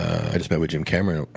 i just met with jim cameron.